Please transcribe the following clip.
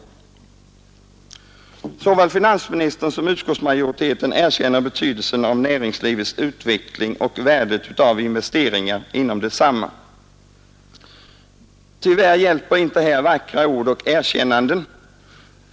Såväl finansministern som utskottsmajoriteten erkänner betydelsen av näringslivets utveckling och värdet av investeringar i detsamma. Tyvärr hjälper här inte vackra ord och erkännanden.